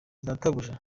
databuja